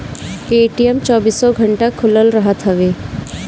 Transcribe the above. ATM चौबीसो घंटा खुलल रहत हवे